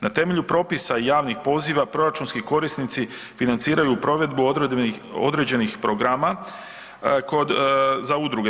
Na temelju propisa javnih poziva proračunski korisnici financiraju provedbu određenih programa za udruge.